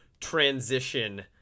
transition